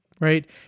Right